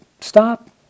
stop